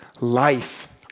Life